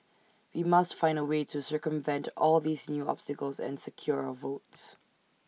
we must find A way to circumvent all these new obstacles and secure our votes